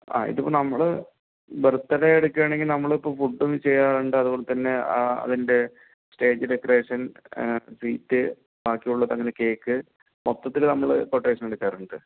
ആ ഇതിപ്പോൾ നമ്മള് ബർത്ത്ഡേ എടുക്കുകയാണെങ്കിൽ നമ്മൾ ഇപ്പോൾ ഫുഡും ചെയ്യാറുണ്ട് അതുപോലെ തന്നെ അതിൻ്റെ സ്റ്റേജ് ഡെക്കറേഷൻ ട്രീറ്റ് ബാക്കി ഉള്ളതു സംഗതി കേക്ക് മൊത്തത്തില് നമ്മള് കൊട്ടേഷൻ എടുക്കാറുണ്ട്